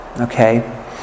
Okay